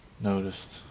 noticed